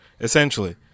essentially